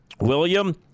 William